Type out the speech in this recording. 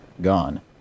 gone